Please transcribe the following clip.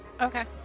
Okay